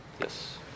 Yes